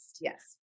Yes